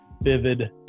vivid